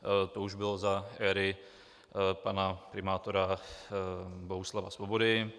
To už bylo za éry pana primátora Bohuslava Svobody.